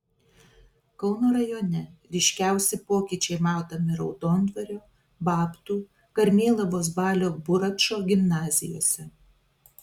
kauno rajone ryškiausi pokyčiai matomi raudondvario babtų karmėlavos balio buračo gimnazijose